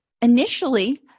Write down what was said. initially